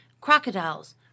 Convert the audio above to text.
crocodiles